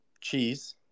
cheese